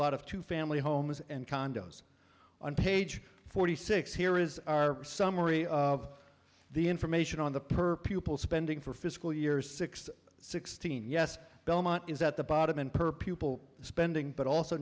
lot of two family homes and condos on page forty six here is our summary of the information on the per pupil spending for fiscal year six sixteen yes belmont is at the bottom and per pupil spending but also